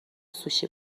سوشی